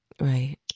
right